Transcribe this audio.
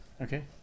Okay